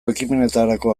ekimenetarako